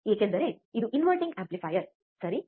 ಏಕೆಂದರೆ ಇದು inverting amplifier ಸರಿ